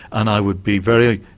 and i would be very,